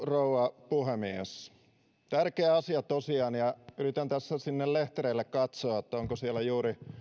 rouva puhemies tärkeä asia tosiaan ja yritän tässä sinne lehtereille katsoa että onko siellä juuri